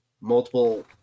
multiple